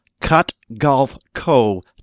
CutGolfCo